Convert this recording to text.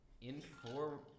inform